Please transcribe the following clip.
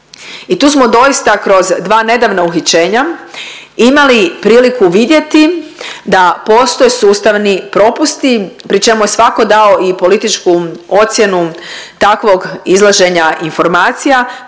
I tu smo doista kroz dva nedavna uhićenja imali priliku vidjeti da postoje sustavni propusti pri čemu je svako dao i političku ocjenu takvog izlaženja informacija